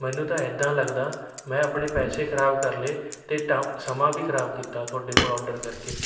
ਮੈਨੂੰ ਤਾਂ ਇੱਦਾਂ ਲੱਗਦਾ ਮੈਂ ਆਪਣੇ ਪੈਸੇ ਖਰਾਬ ਕਰ ਲਏ ਅਤੇ ਟ ਸਮਾਂ ਵੀ ਖਰਾਬ ਕੀਤਾ ਤੁਹਾਡੇ ਕੋਲ ਓਡਰ ਕਰਕੇ